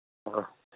ꯍꯣꯏ ꯍꯣꯏ